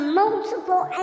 multiple